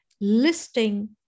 listing